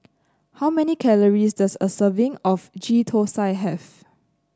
how many calories does a serving of Ghee Thosai have